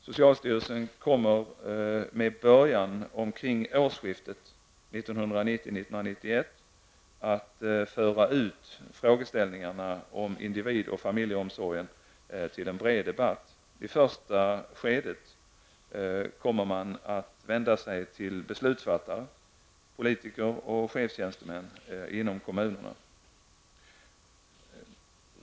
Socialstyrelsen kommer med början omkring årsskiftet 1990-1991 att föra ut frågorna om individ och familjeomsorgen till en bred debatt. I första skedet kommer man att vända sig till beslutsfattare, politiker och chefstjänstemän inom kommunerna.